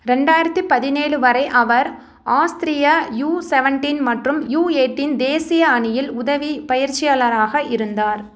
ரெண்டாயிரத்தி பதினேழு வரை அவர் ஆஸ்த்ரிய யு செவன்டீன் மற்றும் யு எயிட்டீன் தேசிய அணியில் உதவிப் பயிற்சியாளராக இருந்தார்